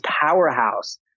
powerhouse